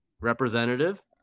representative